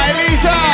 Elisa